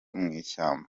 mw’ishyamba